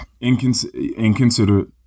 Inconsiderate